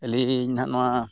ᱟᱹᱞᱤᱧ ᱱᱟᱦᱟᱸᱜ ᱱᱚᱣᱟ